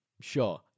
Sure